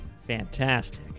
fantastic